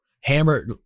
Hammer